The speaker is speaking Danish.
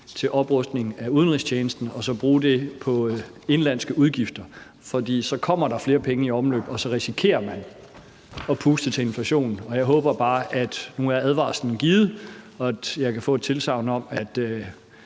fra oprustningen af udenrigstjenesten og så bruge dem på indenlandske udgifter. For så kommer der flere penge i omløb, og så risikerer man at puste til inflationen. Og jeg håber bare, at nu er advarslen givet, og at jeg kan få et tilsagn om, at